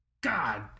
God